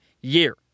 year